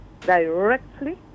directly